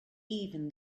even